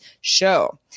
Show